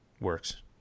works